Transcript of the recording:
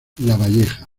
lavalleja